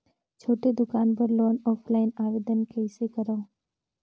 छोटे दुकान बर लोन ऑफलाइन आवेदन कइसे करो?